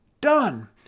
done